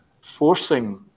forcing